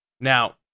Now